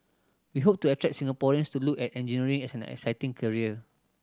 we hope to attract Singaporeans to look at engineering as an exciting career